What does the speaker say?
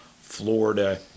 Florida